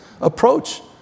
approach